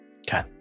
Okay